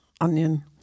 onion